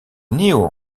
nieuw